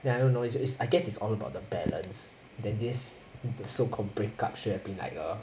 K I don't know it's I guess it's all about the balance then this so called break up should have been like a